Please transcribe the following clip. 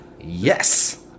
Yes